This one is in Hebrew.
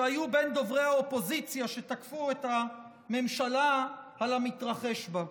שהיו בין דוברי האופוזיציה שתקפו את הממשלה על המתרחש בה.